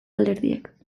alderdiek